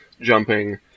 jumping